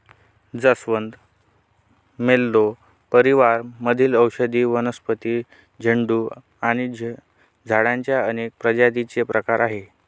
जास्वंद, मल्लो परिवार मधील औषधी वनस्पती, झुडूप आणि झाडांच्या अनेक प्रजातींचे प्रकार आहे